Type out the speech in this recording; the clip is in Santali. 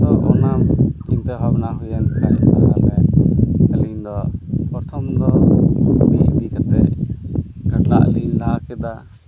ᱩᱱᱫᱚ ᱚᱱᱟ ᱪᱤᱱᱛᱟᱹ ᱵᱷᱟᱵᱽᱱᱟ ᱦᱩᱭᱮᱱ ᱠᱷᱟᱡ ᱛᱟᱦᱚᱞᱮ ᱟᱹᱞᱤᱧᱫᱚ ᱯᱚᱨᱛᱷᱚᱢ ᱫᱚ ᱠᱩᱰᱤ ᱤᱫᱤ ᱠᱟᱛᱮᱫ ᱜᱷᱰᱞᱟᱜ ᱞᱤᱧ ᱞᱟ ᱠᱮᱫᱟ